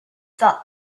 that